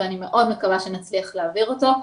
ואני מקווה מאוד שנצליח להעביר אותו.